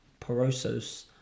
Porosos